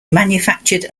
manufactured